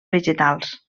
vegetals